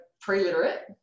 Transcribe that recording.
pre-literate